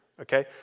okay